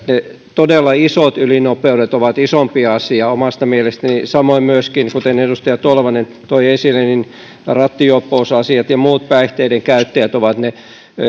todella isot ylinopeudet ovat isompi asia omasta mielestäni samoin myöskin kuten edustaja tolvanen toi esille rattijuoppousasiat ja muut päihteiden käyttäjät ovat se